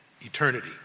eternity